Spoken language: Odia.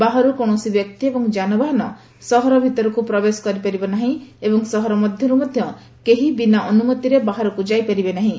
ବାହାରୁ କୌଣସି ବ୍ୟକ୍ତି ଏବଂ ଯାନବାହାନ ସହର ଭିତରକୁ ପ୍ରବେଶ କରିପାରିବ ନାହିଁ ଏବଂ ସହର ମଧରୁ ମଧ କେହି ବିନା ଅନୁମତିରେ ବାହାରକୁ ଯାଇପାରିବେ ନାହିଁ